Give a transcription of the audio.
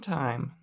time